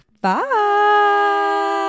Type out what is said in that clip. bye